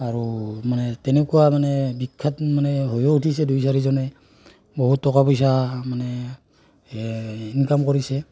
আৰু মানে তেনেকুৱা মানে বিখ্যাত মানে হৈয়ো উঠিছে দুই চাৰিজনে বহুত টকা পইচা মানে ইনকাম কৰিছে